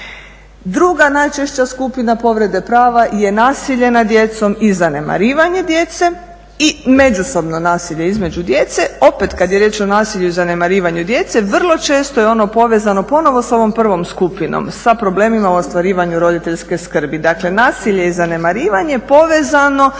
Druga najčešća skupina povrede prava je nasilje nad djecom i zanemarivanje djece i međusobno nasilje između djece. Opet kad je riječ o nasilju i zanemarivanju djece vrlo često je ono povezano sa ovom prvom skupinom, sa problemima o ostvarivanju roditeljske skrbi. Dakle, nasilje i zanemarivanje povezano